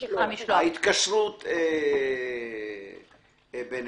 ההתקשרות ביניהם.